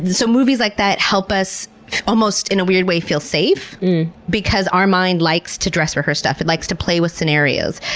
so movies like that help us almost in a weird way to feel safe because our mind likes to dress rehearse stuff and likes to play with scenarios.